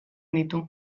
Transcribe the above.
ditu